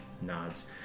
nods